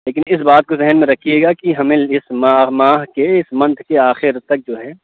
لیکن اِس بات کو ذہن میں رکھیے گا کہ ہمیں اِس مار ماہ کے اِس منتھ کے آخر تک جو ہے